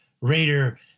raider